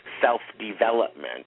self-development